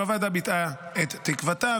הוועדה ביטאה את תקוותה,